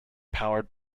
powered